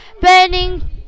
burning